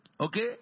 Okay